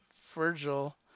Virgil